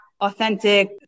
authentic